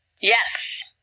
Yes